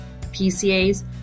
PCAs